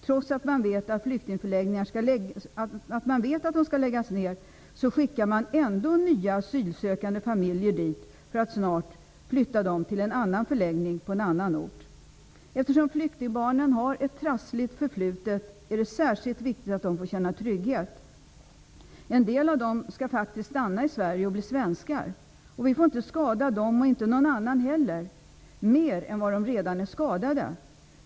Trots att man vet att flyktingsförläggningar skall läggas ner skickas ändå nya asylsökande familjer dit, för att snart flyttas till en annan förläggning på en annan ort. Eftersom flyktingbarnen har ett trassligt förflutet är det särskilt viktigt att de får känna trygghet. En del av dem skall faktiskt stanna i Sverige och bli svenska medborgare. Vi får inte skada dem -- och inte någon annan heller -- mer än vad de redan är skadade.